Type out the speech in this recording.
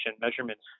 measurements